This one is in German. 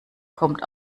kommt